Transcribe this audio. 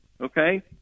okay